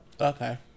Okay